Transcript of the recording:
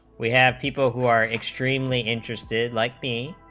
we have people who are extremely interested like b